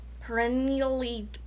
perennially